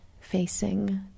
facing